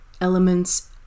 elements